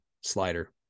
slider